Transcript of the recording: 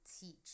teach